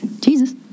Jesus